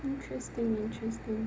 interesting interesting